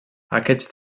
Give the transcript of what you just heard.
aquests